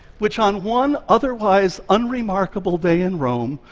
which on one otherwise unremarkable day in rome,